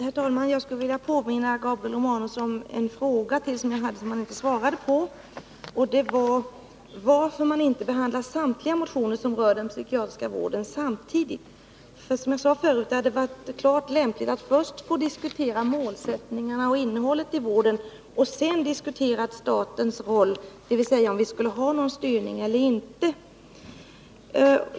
Herr talman! Jag vill påminna Gabriel Romanus om en fråga som jag ställde och som han inte har svarat på: Varför har man inte samtidigt behandlat samtliga motioner som rör den psykiatriska vården? Som jag sade hade det varit lämpligt att först diskutera målsättningen och innehållet i vården och sedan statens roll, dvs. om vi skall ha styrning eller inte.